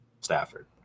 Stafford